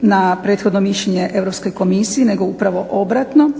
na prethodno mišljenje Europske komisije, nego upravo obratno.